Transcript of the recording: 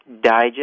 digest